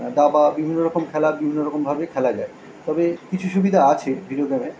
দাবা বিভিন্ন রকম খেলা বিভিন্ন রকম ভাবে খেলা যায় তবে কিছু সুবিধা আছে ভিডিও গেমের